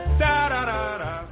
da-da-da-da